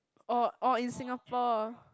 oh oh in Singapore